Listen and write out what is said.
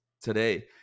today